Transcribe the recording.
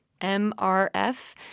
MRF